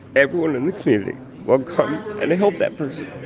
everyone in the community will come and help that person.